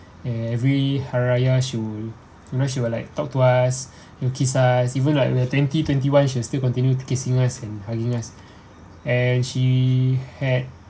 eh every hari raya she would you know she would like talk to us kiss us even like the twenty twenty one she will still continue to kissing and hugging us and she had